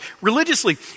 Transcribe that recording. Religiously